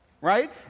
right